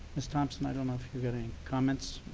ms thompson, i don't know if you've got any comments,